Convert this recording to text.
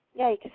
yikes